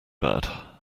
bad